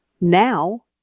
Now